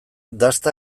dasta